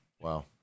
wow